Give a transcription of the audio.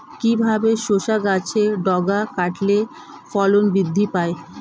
কিভাবে শসা গাছের ডগা কাটলে ফলন বৃদ্ধি পায়?